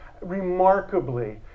Remarkably